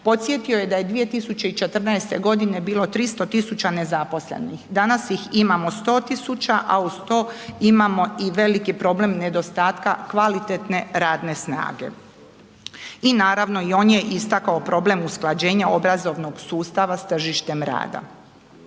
Podsjetio je da je 2014. godine bilo 300.000 nezaposlenih, danas ih imamo 100.000, a uz to imamo i veliki problem nedostatka kvalitetne radne snage. I naravno i on je istako problem usklađenja obrazovnog sustava s tržištem rada.